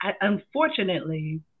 unfortunately